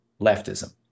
leftism